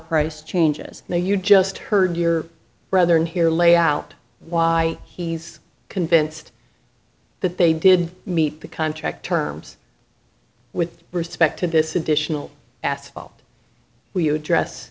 price changes now you just heard your brother in here lay out why he's convinced that they did meet the contract terms with respect to this additional asphalt